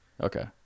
Okay